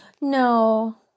No